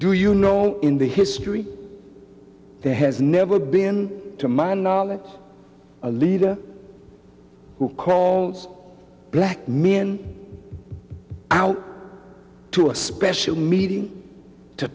do you know in the history there has never been to my knowledge a leader who calls black men out to a special meeting to